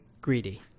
greedy